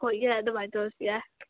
ꯍꯣꯏ ꯌꯥꯏ ꯑꯗꯨꯃꯥꯏꯅ ꯇꯧꯔꯁꯨ ꯌꯥꯏ